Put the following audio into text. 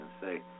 say